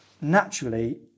naturally